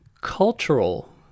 cultural